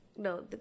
No